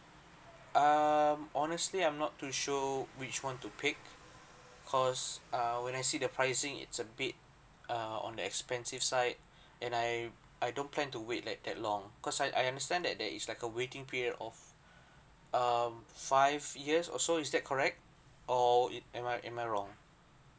um honestly I'm not too sure so which one to pick cause err when I see the pricing it's a bit err on the expensive side and I I don't plan to wait like that long cause I I understand that there is like a waiting period of um five years or so is that correct or it am I am I wrong